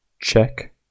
Check